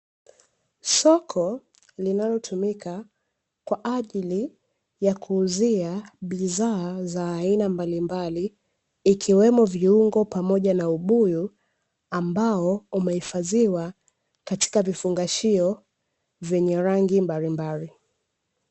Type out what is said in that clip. Soko linalotumika kwa ajili ya kuuzia bidhaa za aina mbalimbali, ikiwemo viungO pamoja na ubuyu, ambao umehifadhiwa katika vifungashio vyenye rangi mbalimbali.